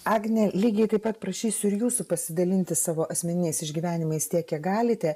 agne lygiai taip pat prašysiu ir jūsų pasidalinti savo asmeniniais išgyvenimais tiek kiek galite